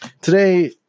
Today